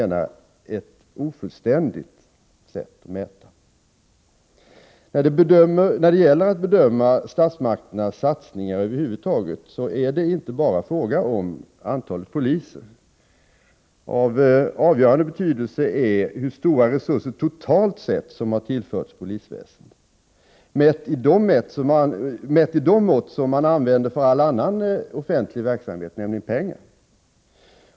När det gäller att bedöma statsmakternas satsningar över huvud taget är det inte bara fråga om antalet poliser. Av avgörande betydelse är hur stora resurser totalt sett som tillförts polisväsendet, mätt med det mått som man använder för annan offentlig verksamhet, nämligen pengar.